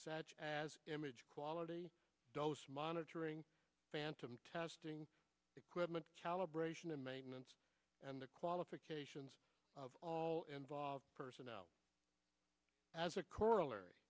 such as image quality monitoring phantom testing equipment calibration and maintenance and the qualification all involve personnel as a corollary